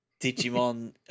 Digimon